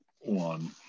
one